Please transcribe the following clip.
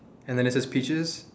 and then it says peaches